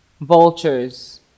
vultures